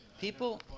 People